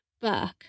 book